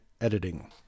editing